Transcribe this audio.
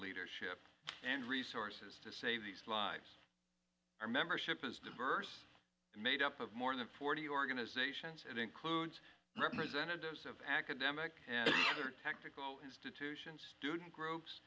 leadership and resources to save these lives our membership is diverse and made up of more than forty organizations it includes representatives of academic other technical institutions student